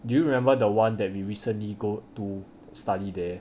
do you remember the one that we recently go to study there